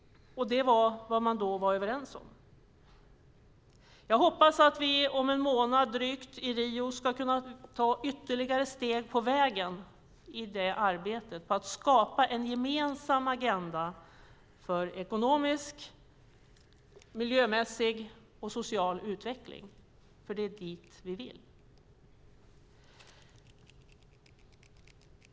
Det var vad man då var överens om. Jag hoppas att vi om drygt en månad i Rio ska kunna ta ytterligare steg på vägen i arbetet med att skapa en gemensam agenda för ekonomisk, miljömässig och social utveckling. Det är dit vi vill.